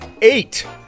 Eight